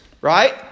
right